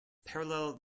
parallel